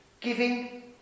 giving